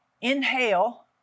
inhale